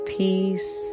peace